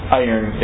iron